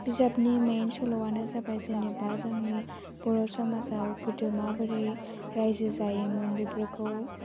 बिजाबनि मेइन सल'आनो जाबाय जेनेबा जोंनि बर' समाजाव गोदो माबोरै रायजो जायोमोन बेफोरखौ